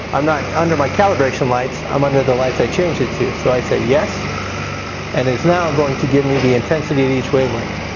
i'm not under my calibration lights. i'm under the lights i changed it to. so i say yes and it is now going to give me the intensity of each wavelength.